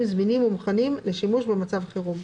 זמינים ומוכנים לשימוש במצב חירום."